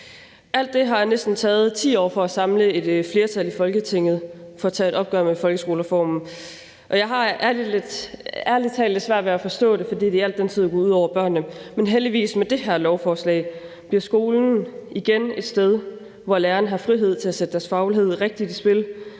taget næsten 10 år at samle et flertal i Folketinget for at tage et opgør med folkeskolereformen. Jeg har ærlig talt lidt svært ved at forstå det, for i al den tid er det gået ud over børnene, men heldigvis bliver skolen med det her lovforslag igen et sted, hvor lærerne har frihed til at sætte deres faglighed rigtigt i spil,